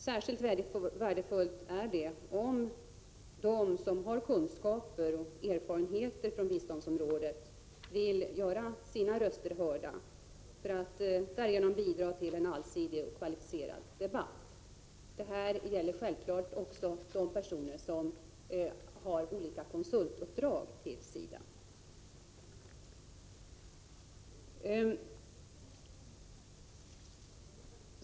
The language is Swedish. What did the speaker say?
Särskilt värdefullt är det om de som har kunskaper och erfarenheter från biståndsområdet vill göra sina röster hörda för att därigenom bidra till en allsidig och kvalificerad debatt. Detta gäller självfallet också de personer som har olika konsultuppdrag från SIDA.